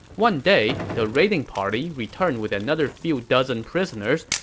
one day, the raiding party returned with another few dozen prisoners,